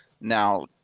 Now